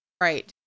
right